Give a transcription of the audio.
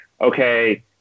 okay